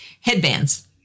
headbands